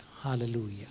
hallelujah